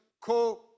co